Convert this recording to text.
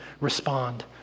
respond